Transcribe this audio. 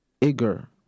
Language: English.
Igor